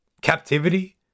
Captivity